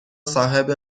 صاحب